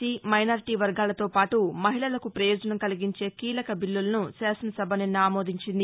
C minority వర్గాలతో పాటు మహిళలకు ప్రయోజనం కలిగించే కీలక బిల్లులను శాసనసభ నిన్న ఆమోదించింది